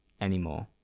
anymore